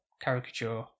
caricature